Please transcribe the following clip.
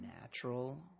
natural